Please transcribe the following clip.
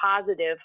positive